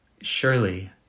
Surely